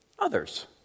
others